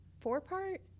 four-part